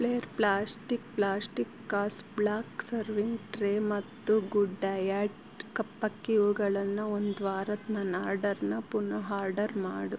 plier plastic plastic ಕಾಸ್ಬ್ಲಾಕ್ serving tray ಮತ್ತು good diet ಕಪ್ಪಕ್ಕಿ ಇವುಗಳನ್ನು ಒಂದು ವಾರದ ನನ್ನ ಆರ್ಡರನ್ನ ಪುನಃ ಆರ್ಡರ್ ಮಾಡು